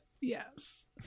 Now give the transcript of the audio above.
Yes